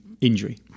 injury